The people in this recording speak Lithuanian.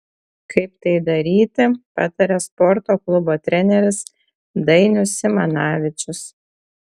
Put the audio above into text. kaip tai daryti pataria sporto klubo treneris dainius simanavičius